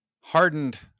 hardened